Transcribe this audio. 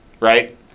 right